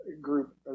group